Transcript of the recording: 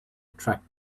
attract